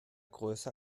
größer